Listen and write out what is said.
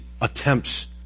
attempts